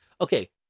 okay